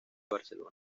barcelona